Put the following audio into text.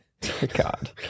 God